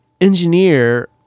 engineer